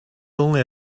only